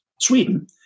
Sweden